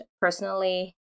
personally